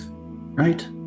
right